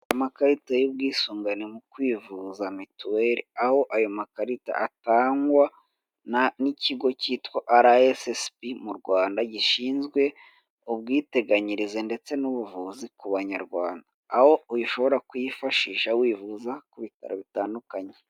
Amakarita y'ubwisungane mu kwivuza mituwele aho ayo makarita atangwa n'ikigo cyitwa ara esessibi mu Rwanda gishinzwe ubwiteganyirize, ndetse n'ubuvuzi ku banyarwanda aho uyishobora kuyifashisha wivuza ku bitaro bitandukanye.